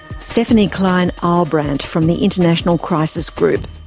stephanie kleine-ahlbrandt from the international crisis group.